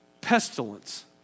pestilence